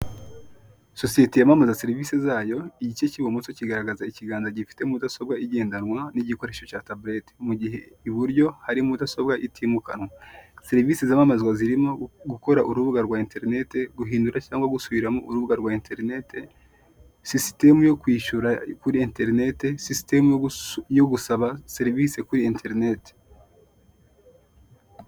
Sosiyete yamamaza serivisi zayo igice kibumoso kigaragaza ikiganza gifite mudasobwa igendanwa n'igikoresho cya tablet mugihe iburyo hari mudasobwa itimukanwa. Serivise zamamazwa zirimo; gukora urubuga rwa interineti, guhindura cyangwa gusubiramo urubuga rwa interineti, sisiteme yo kwishyura kuri interineti, sisiteme yo gusaba serivisi kuri interineti.